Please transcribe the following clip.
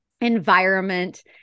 environment